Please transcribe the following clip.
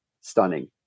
stunning